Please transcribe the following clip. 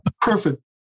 Perfect